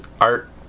art